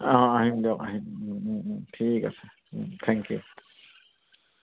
অঁ আহিম দিয়ক আহিম ঠিক আছে থেংক ইউ